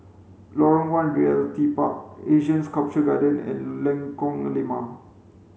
Lorong One Realty Park Asian Sculpture Garden and Lengkong Lima